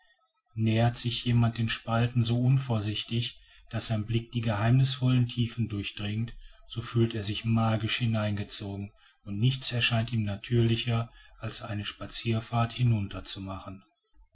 nähert sich jemand den spalten so unvorsichtig daß sein blick die geheimnißvollen tiefen durchdringt so fühlt er sich magisch hineingezogen und nichts erscheint ihm natürlicher als eine spazierfahrt hinunter zu machen